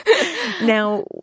Now